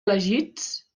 elegits